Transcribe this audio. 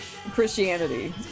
Christianity